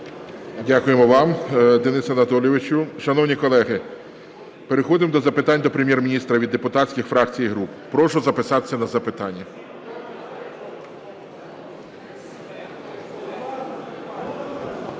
Дякуємо вам, Денисе Анатолійовичу. Шановні колеги, переходимо до запитань до Прем'єр-міністра від депутатських фракцій і груп. Прошу записатися на запитання.